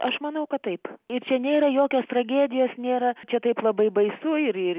aš manau kad taip ir čia nėra jokios tragedijos nėra čia taip labai baisu ir ir